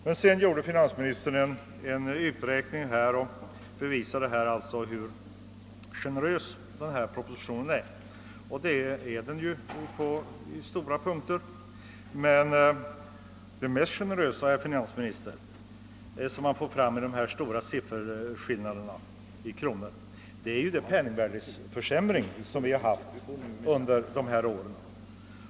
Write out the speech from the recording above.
Sedan gjorde emellertid finansministern en uträkning för att visa hur generös propositionen är — och det är den ju också i väsentliga avseenden — men vad man mest tydligt får fram av de stora skillnaderna i kronor räknat, herr finansminister, är den penningvärdeförsämring vi haft under de gångna åren.